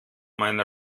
meine